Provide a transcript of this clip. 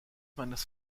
meines